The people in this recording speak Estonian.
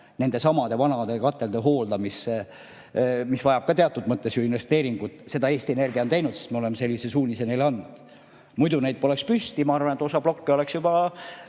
nendesamade vanade katelde hooldamisse, mis vajab ka teatud mõttes ju investeeringut – seda Eesti Energia on teinud, sest me oleme sellise suunise neile andnud. Muidu neid poleks püsti. Ma arvan, et osa plokke oleks juba